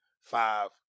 five